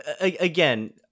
Again